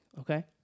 okay